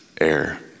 air